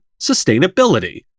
sustainability